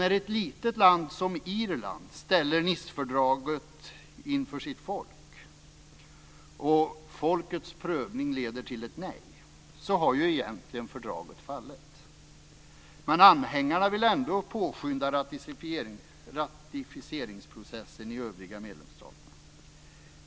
När ett litet land som Irland ställer Nicefördraget inför sitt folk och folkets prövning leder till ett nej, då har ju egentligen fördraget fallit. Men anhängarna vill ändå påskynda ratificeringsprocessen i övriga medlemsstater.